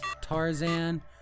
Tarzan